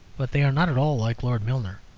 but they are not at all like lord milner.